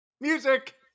Music